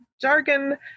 jargon